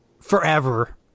Forever